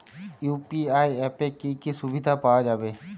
UPI অ্যাপে কি কি সুবিধা পাওয়া যাবে?